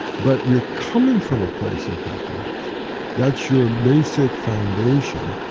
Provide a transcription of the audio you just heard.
but you're coming from a place of happiness that's your basic foundation,